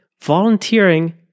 volunteering